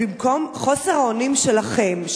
חוסר האונים שלכם,